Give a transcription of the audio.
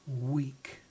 week